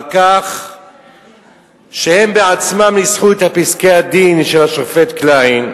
על כך שהם בעצמם ניסחו את פסקי-הדין של השופט קליין.